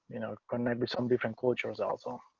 you know, can i be some different cultures also